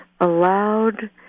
allowed